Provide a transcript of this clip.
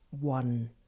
one